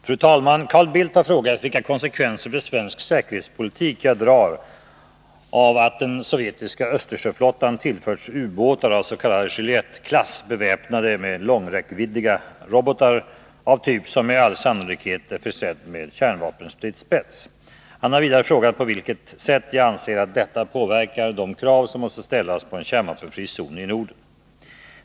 Fru talman! Carl Bildt har frågat vilka konsekvenser för svensk säkerhetspolitik jag drar av att den sovjetiska östersjöflottan tillförts ubåtar av s.k. Juliett-klass beväpnade med långräckviddiga robotar av typ som med all sannolikhet är försedd med kärnstridsspets. Han har vidare frågat på vilket sätt jag anser att detta påverkar de krav som måste ställas på en kärnvapenfri zon i Norden.